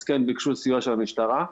אז כן ביקשו סיוע של המשטרה.